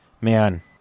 man